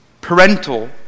parental